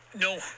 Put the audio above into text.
No